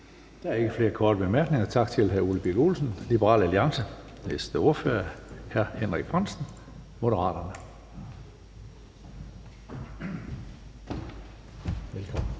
Der er ikke flere korte bemærkninger. Tak til hr. Ole Birk Olesen, Liberal Alliance. Den næste ordfører er hr. Henrik Frandsen, Moderaterne. Velkommen.